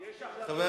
יש החלטת ממשלה, חבר